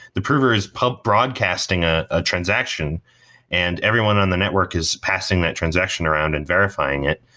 the prover is but broadcasting ah a transaction and everyone on the network is passing that transaction around and verifying it.